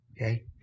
Okay